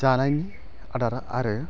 जानायनि आदार आरो